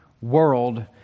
world